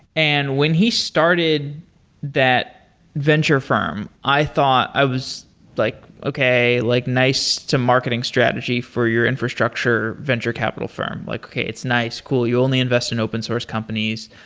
and when he started that venture firm, i thought, i was like, okay, like nice to marketing strategy for your infrastructure venture capital firm. like okay, it's nice. cool. you only invest in open source companies.